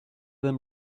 them